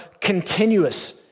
continuous